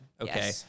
Okay